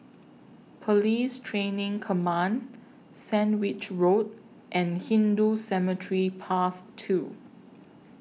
Police Training Command Sandwich Road and Hindu Cemetery Path two